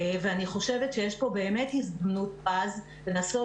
ואני חושבת שיש פה באמת הזדמנות פז לנסות